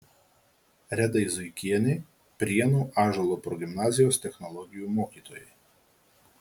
redai zuikienei prienų ąžuolo progimnazijos technologijų mokytojai